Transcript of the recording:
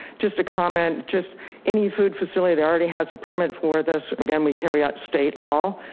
just a comment, just any food facility that already has a permit for this again, we carry out state law,